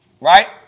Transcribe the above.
Right